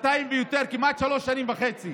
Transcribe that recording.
ויותר, כמעט שלוש שנים וחצי